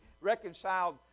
reconciled